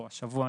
או השבוע,